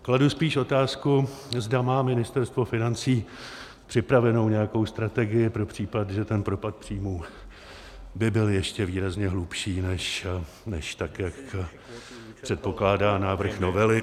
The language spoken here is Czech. Kladu spíš otázku, zda má Ministerstvo financí připravenou nějakou strategii pro případ, že ten propad příjmů by byl ještě výrazně hlubší, než jak předpokládá návrh novely.